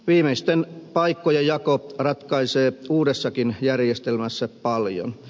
viimeisten paikkojen jako ratkaisee uudessakin järjestelmässä paljon